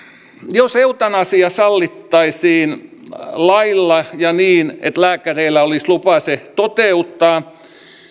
jos eutanasia sallittaisiin lailla ja niin että lääkäreillä olisi lupa se toteuttaa